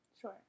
Sure